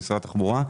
משרד התחבורה.